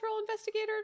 investigator